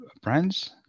brands